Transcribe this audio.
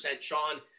Sean